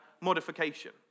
modification